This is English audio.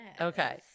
Okay